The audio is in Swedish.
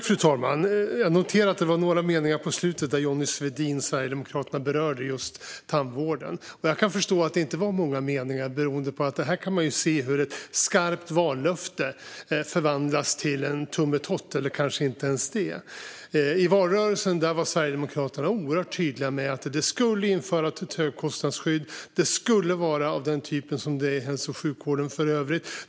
Fru talman! Jag noterade att det var några meningar på slutet där Johnny Svedin från Sverigedemokraterna berörde tandvården. Jag kan förstå att det inte var många meningar, för här kan man ju se hur ett skarpt vallöfte förvandlas till en tummetott eller kanske inte ens det. I valrörelsen var Sverigedemokraterna oerhört tydliga med att det skulle införas ett högkostnadsskydd. Det skulle vara av den typ som är i övriga hälso och sjukvården.